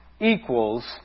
equals